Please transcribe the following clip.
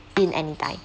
in anytime